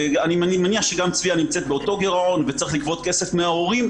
ואני מניח שגם "צביה" נמצאת באותו גירעון וצריך לגבות כסף מההורים,